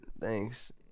Thanks